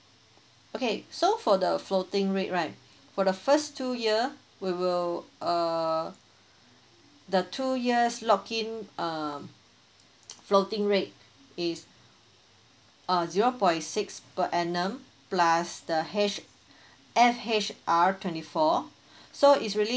okay so for the floating rate right for the first two year we will err the two years lock in um floating rate is uh zero point six per annum plus the H F_H_R twenty four so is really